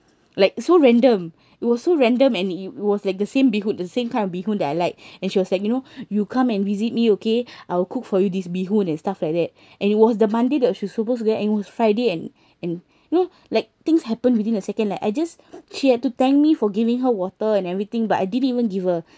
like so random it was so random and it was like the same bee hoon the same kind of bee hoon that I like and she was like you know you come and visit me okay I'll cook for you this bee hoon and stuff like that and it was the monday that she's suppose to out and it was friday and and you know like things happen within a second like I just she had to thank me for giving her water and everything but I didn't even give her